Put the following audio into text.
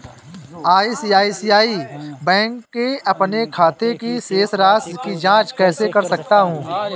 मैं ICICI bank के अपने खाते की शेष राशि की जाँच कैसे कर सकता हूँ?